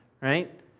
right